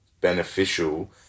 beneficial